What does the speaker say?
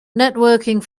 networking